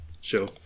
Sure